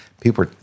People